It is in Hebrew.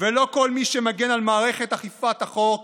ולא כל מי שמגן על מערכת אכיפת החוק